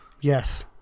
Yes